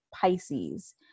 pisces